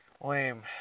lame